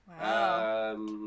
Wow